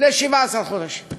ל-17 חודשים.